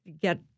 get